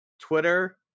twitter